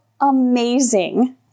amazing